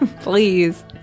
Please